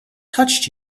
touched